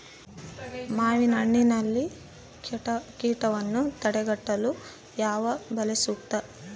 ಮಾವಿನಹಣ್ಣಿನಲ್ಲಿ ಕೇಟವನ್ನು ತಡೆಗಟ್ಟಲು ಯಾವ ಬಲೆ ಸೂಕ್ತ?